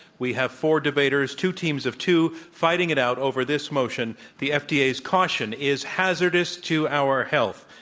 we have four debaters, two teams of two, fighting it out over this motion the fda's caution is hazardous to our health.